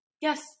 Yes